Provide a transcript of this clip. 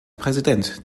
präsident